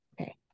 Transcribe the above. Okay